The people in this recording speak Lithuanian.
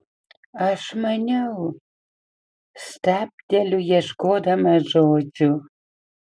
aš maniau stabteliu ieškodama žodžių